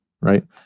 right